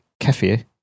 kefir